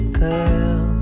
girl